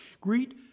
greet